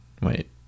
Wait